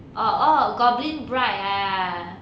orh orh goblin bride ah